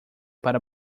para